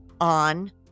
on